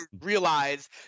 Realize